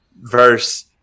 verse